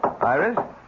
Iris